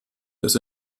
das